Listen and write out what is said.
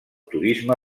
turisme